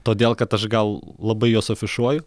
todėl kad aš gal labai juos afišuoju